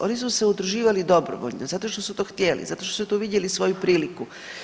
Oni su se udruživali dobrovoljno zato što su to htjeli, zato što su tu vidjeli svoju priliku.